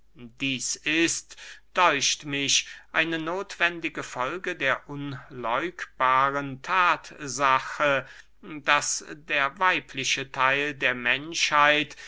dieß ist däucht mich eine nothwendige folge der unläugbaren thatsache daß der weibliche theil der menschheit